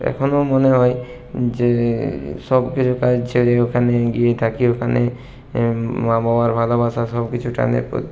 এখনও মনে হয় যে সব কিছু কাজ ছেড়ে ওখানে গিয়ে থাকি ওখানে মা বাবার ভালোবাসা সবকিছু টান